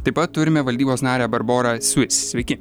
taip pat turime valdybos narę barborą svis sveiki